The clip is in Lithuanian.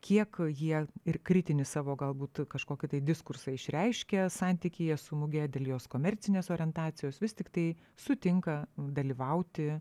kiek jie ir kritinį savo galbūt kažkokį tai diskursą išreiškia santykyje su muge dėl jos komercinės orientacijos vis tiktai sutinka dalyvauti